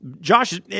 Josh –